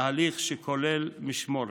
בהליך שכולל משמורת.